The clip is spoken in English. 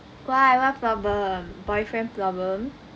why what problem boyfriend problem